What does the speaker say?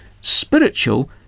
spiritual